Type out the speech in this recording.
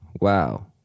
Wow